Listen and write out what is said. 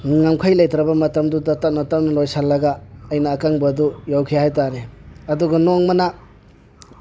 ꯉꯝꯈꯩ ꯂꯩꯇ꯭ꯔꯕ ꯃꯇꯝꯗꯨꯗ ꯇꯞꯅ ꯇꯞꯅ ꯂꯣꯏꯁꯜꯂꯒ ꯑꯩꯅ ꯑꯀꯪꯕ ꯑꯗꯨ ꯌꯧꯈꯤ ꯍꯥꯏ ꯇꯥꯔꯦ ꯑꯗꯨꯒ ꯅꯣꯡꯃꯅꯥ